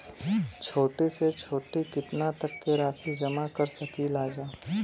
छोटी से छोटी कितना तक के राशि जमा कर सकीलाजा?